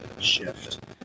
shift